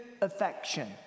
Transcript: affection